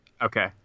Okay